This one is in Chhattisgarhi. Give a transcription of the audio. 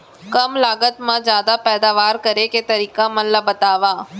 कम लागत मा जादा पैदावार करे के तरीका मन ला बतावव?